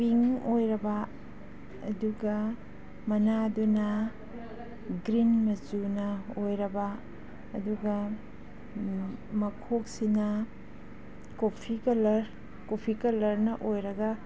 ꯄꯤꯡ ꯑꯣꯏꯔꯕ ꯑꯗꯨꯒ ꯃꯅꯥꯗꯨꯅ ꯒ꯭ꯔꯤꯟ ꯃꯆꯨꯅ ꯑꯣꯏꯔꯕ ꯑꯗꯨꯒ ꯃꯈꯣꯛꯁꯤꯅ ꯀꯣꯐꯤ ꯀꯂꯔ ꯀꯣꯐꯤ ꯀꯂꯔꯅ ꯑꯣꯏꯔꯒ